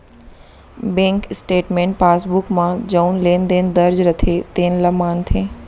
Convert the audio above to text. bank statement passbook म जउन लेन देन दर्ज रथे तेने ल मानथे